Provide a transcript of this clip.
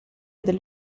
del